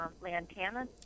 lantana